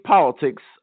Politics